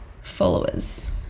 Followers